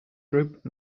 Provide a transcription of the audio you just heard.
group